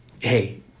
hey